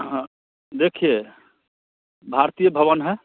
हाँ देखिए भारतीय भवन है